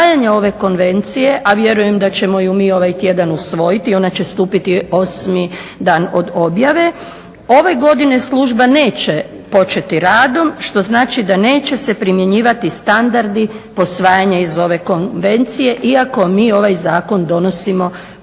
ove godine služba neće početi radom što znači da neće se primjenjivati standardi posvajanja iz ove konvencije, iako mi ovaj zakon donosimo po hitnom